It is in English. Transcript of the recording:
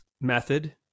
method